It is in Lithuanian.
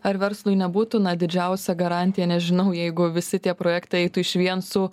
ar verslui nebūtų na didžiausia garantija nežinau jeigu visi tie projektai eitų išvien su